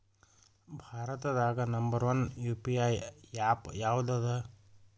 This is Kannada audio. ಭಾರತದಾಗ ನಂಬರ್ ಒನ್ ಯು.ಪಿ.ಐ ಯಾಪ್ ಯಾವದದ